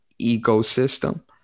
ecosystem